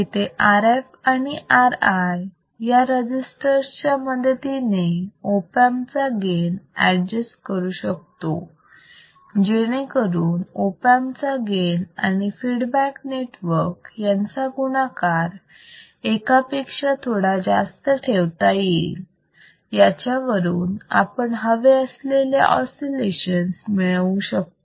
इथे RF आणि RI या रजिस्टर्स च्या मदतीने ऑप अँप चा गेन ऍडजेस्ट करू शकतो जेणेकरून ऑप अँप चा गेन आणि फीडबॅक नेटवर्क यांचा गुणाकार एकापेक्षा थोडा जास्त ठेवता येईल याच्यावरून आपण हवे असलेले ऑसिलेशन्स मिळवू शकतो